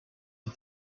and